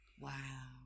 wow